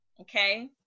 Okay